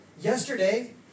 yesterday